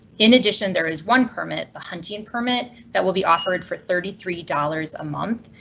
in addition, there is one permit, the hunting and permit that will be offered for thirty three dollars a month.